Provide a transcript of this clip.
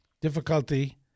difficulty